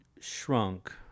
shrunk